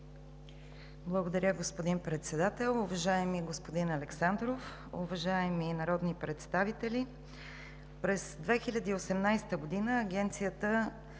Благодаря, господин Председател. Уважаеми господин Александров, уважаеми народни представители! През 2018 г. Агенцията